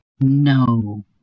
No